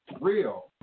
real